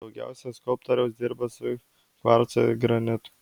daugiausiai skulptorius dirba su kvarcu ir granitu